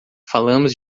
falamos